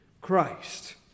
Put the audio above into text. Christ